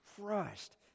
crushed